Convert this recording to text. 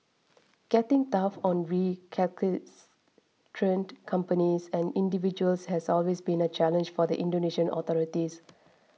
getting tough on companies and individuals has always been a challenge for the Indonesian authorities